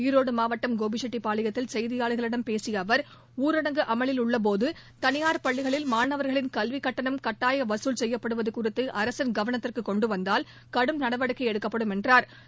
ஈரோடு மாவட்டம் கோபிச்செட்டிபாளையத்தில் செய்தியாளா்களிடம் பேசிய அவர் ஊரடங்கு அமலில் உள்ளபோது தனியார் பள்ளிகளில் மாணவர்களின் கல்விக்கட்டணம் கட்டாய வசூல் செய்யப்படுவது குறித்து அரசின் கவனத்திற்கு கொண்டு வந்தால் கடும் நடவடிக்கை எடுக்கப்படும் என்றாா்